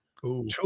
two